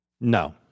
No